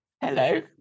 hello